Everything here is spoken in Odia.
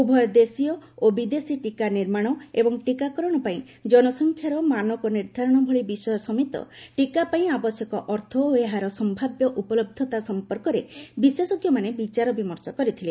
ଉଭୟ ଦେଶୀୟ ଓ ବିଦେଶୀ ଟିକା ନିର୍ମାଣ ଏବଂ ଟିକାକରଣ ପାଇଁ ଜନସଂଖ୍ୟାର ମାନକ ନିର୍ଦ୍ଧାରଣ ଭଳି ବିଷୟ ସମେତ ଟିକା ପାଇଁ ଆବଶ୍ୟକ ଅର୍ଥ ଓ ଏହାର ସମ୍ଭାବ୍ୟ ଉପଲହ୍ଧତା ସମ୍ପର୍କରେ ବିଶେଷଜ୍ଞମାନେ ବିଚାରବିମର୍ଷ କରିଥିଲେ